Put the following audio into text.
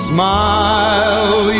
Smile